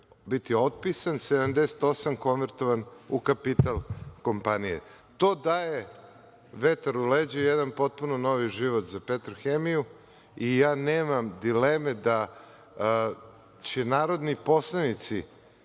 biti otpisan, 78 konvertovan u kapital kompanije. To daje vetar u leđa i jedna potpuno novi život za „Petrohemiju“. Ja nemam dileme da će narodni poslanici